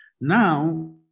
Now